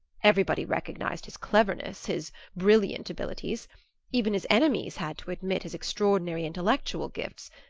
everybody recognized his cleverness, his brilliant abilities even his enemies had to admit his extraordinary intellectual gifts,